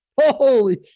holy